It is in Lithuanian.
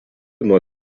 nuo